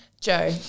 Joe